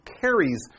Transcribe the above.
carries